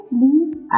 leaves